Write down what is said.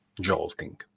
jolting